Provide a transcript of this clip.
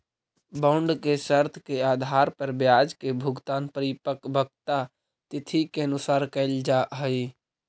bond के शर्त के आधार पर ब्याज के भुगतान परिपक्वता तिथि के अनुसार कैल जा हइ